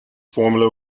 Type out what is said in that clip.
formula